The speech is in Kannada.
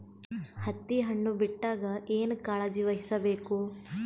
ಹತ್ತಿ ಹಣ್ಣು ಬಿಟ್ಟಾಗ ಏನ ಕಾಳಜಿ ವಹಿಸ ಬೇಕು?